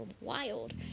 wild